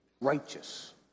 righteous